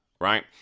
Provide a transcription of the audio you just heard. right